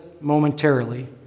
momentarily